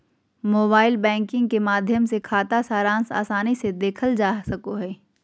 mobile banking के माध्यम से खाता सारांश आसानी से देखल जा सको हय